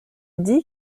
dit